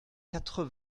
quatre